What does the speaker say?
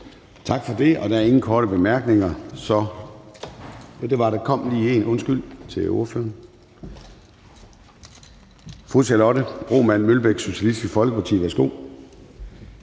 Tak for det. Der er ingen korte bemærkninger. Jo, det var der. Der kom lige en til ordføreren. Fru Charlotte Broman Mølbæk, Socialistisk Folkeparti. Værsgo.